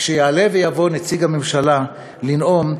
כשיעלה ויבוא נציג הממשלה לנאום,